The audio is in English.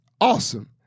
Awesome